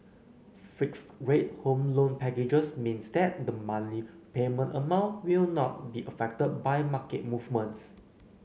fixed rate home loan packages means that the monthly repayment amount will not be affected by market movements